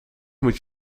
moet